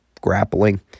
grappling